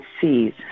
sees